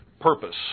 purpose